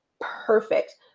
perfect